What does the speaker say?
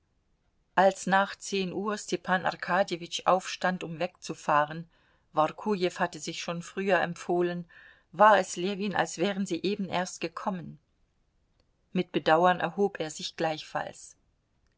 als nach zehn uhr stepan arkadjewitsch aufstand um wegzufahren workujew hatte sich schon früher empfohlen war es ljewin als wären sie eben erst gekommen mit bedauern erhob er sich gleichfalls